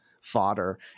fodder